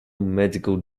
medical